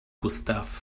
gustav